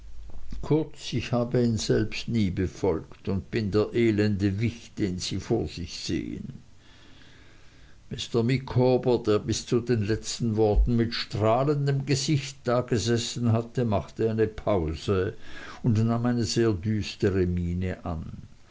kurz ich habe ihn selbst nie befolgt und bin der elende wicht den sie vor sich sehen mr micawber der bis zu den letzten worten mit strahlendem gesicht dagesessen hatte machte eine pause und nahm eine sehr düstere miene an